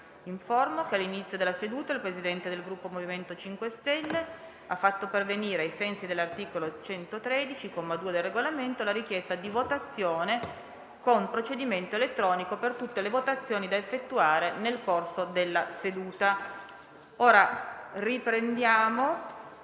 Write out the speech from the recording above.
che all'inizio della seduta il Presidente del Gruppo MoVimento 5 Stelle ha fatto pervenire, ai sensi dell'articolo 113, comma 2, del Regolamento, la richiesta di votazione con procedimento elettronico per tutte le votazioni da effettuare nel corso della seduta.